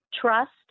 trust